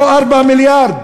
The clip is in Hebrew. פה 4 מיליארד.